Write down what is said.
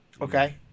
Okay